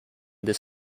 this